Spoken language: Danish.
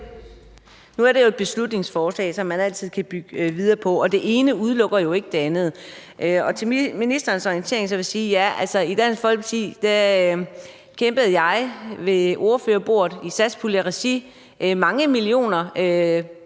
Nu er det jo et beslutningsforslag, som man altid kan bygge videre på, og det ene udelukker jo ikke det andet. Til ministerens orientering vil jeg sige: I Dansk Folkeparti kæmpede jeg ved ordførerbordet i satspuljeregi for mange millioner